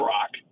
Rock